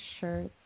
shirts